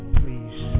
please